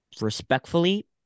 Respectfully